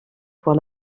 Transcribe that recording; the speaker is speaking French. pour